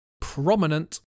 prominent